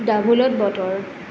ডাভোলত বতৰ